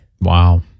Wow